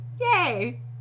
Yay